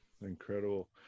Incredible